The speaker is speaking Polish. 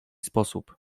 sposób